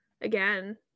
again